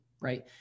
right